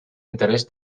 interès